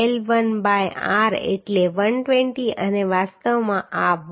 તો L1 by r એટલે 120 અને વાસ્તવમાં આ 120